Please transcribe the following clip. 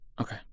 Okay